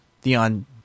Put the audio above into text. Theon